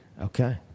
Okay